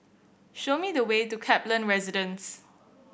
show me the way to Kaplan Residence